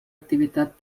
activitat